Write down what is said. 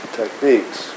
techniques